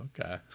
Okay